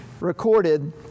recorded